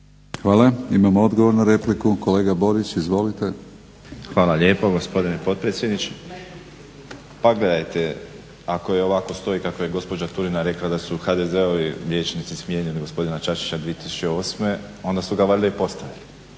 Hvala. Imamo odgovor na repliku. Kolega Borić, izvolite. **Borić, Josip (HDZ)** Hvala lijepo, gospodine potpredsjedniče. Pa gledajte, ako ovako stoji kako je gospođa Turina rekla da su HDZ-ovi vijećnici smijenili gospodina Čačića 2008., onda su ga valja i postavili.